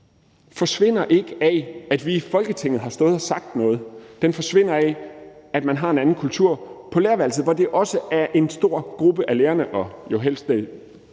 forsvinder af, at vi i Folketinget har stået og sagt noget. Den forsvinder af, at man har en anden kultur på lærerværelset, hvor det også af en stor gruppe af lærerne og jo helst så